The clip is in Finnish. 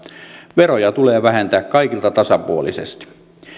veroja tulee vähentää kaikilta tasapuolisesti